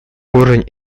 уровень